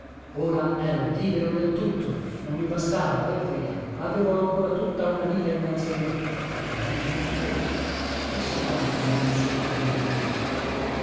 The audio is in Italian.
ora ero libero del tutto non mi bastava eh via avevo ancora tutta una vita innanzi a me per il momento chi sa quanti erano soli comero io